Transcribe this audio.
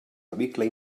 vehicle